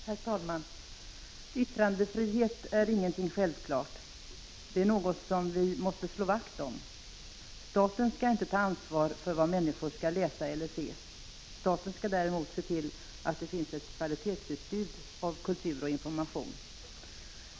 Herr talman! Yttrandefriheten är ingenting självklart. Den är något vi måste slå vakt om. Staten skall inte ta ansvar för vad människor skall läsa eller se. Staten skall däremot se till att det finns ett kvalitetsutbud av kultur och information.